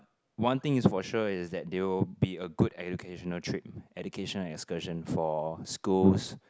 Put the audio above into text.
one thing is for sure is that there will be a good educational trip educational excursion for schools